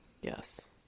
Yes